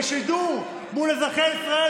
בשידור מול אזרחי ישראל,